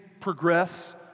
progress